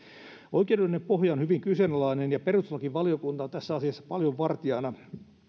oikeudellinen pohja on hyvin kyseenalainen ja perustuslakivaliokunta on tässä asiassa paljon vartijana